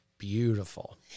beautiful